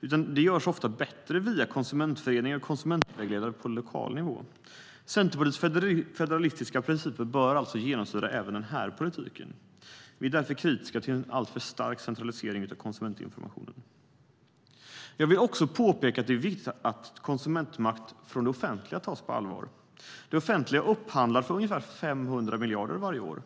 utan det görs ofta bättre via konsumentföreningar och konsumentvägledare på lokal nivå. Centerpartiets federalistiska principer bör alltså genomsyra även den här politiken. Vi är därför kritiska till en alltför stark centralisering av konsumentinformation. Jag vill också påpeka att det är viktigt att konsumentmakt från det offentliga tas på allvar. Det offentliga upphandlar för ungefär 500 miljarder varje år.